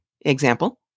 Example